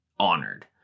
honored